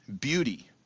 beauty